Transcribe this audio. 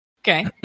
Okay